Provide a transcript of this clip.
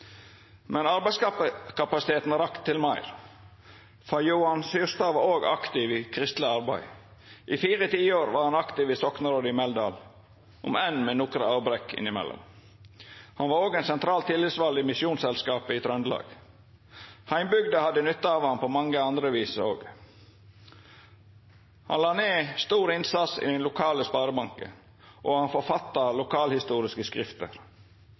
Men arbeidskapasiteten rakk òg til meir. For Johan Syrstad var òg aktiv i kristelig arbeid. I fire tiår var han aktiv i soknerådet i Meldal, om enn med nokre avbrekk innimellom. Han var òg ein sentral tillitsvald i Misjonsselskapet i Trøndelag. Heimbygda hadde nytte av han på mange andre vis òg. Han la ned ein stor innsats i den lokale sparebanken, og han forfatta lokalhistoriske skrifter.